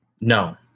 No